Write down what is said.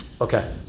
okay